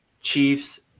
Chiefs